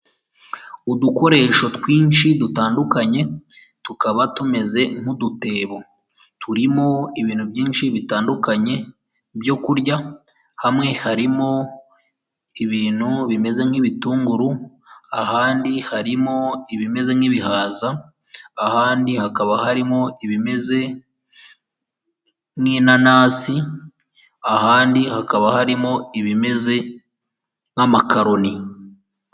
Udukoresho twinshi dutandukanye, tukaba tumeze nk'udutebo, turimo ibintu byinshi bitandukanye byo kurya, hamwe harimo ibintu bimeze nk'ibitunguru, ahandi harimo ibimeze nk'ibihaza, ahandi hakaba harimo ibimeze nk'inanasi, ahandi hakaba harimo ibimeze nk'amakaroni.